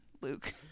luke